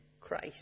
Christ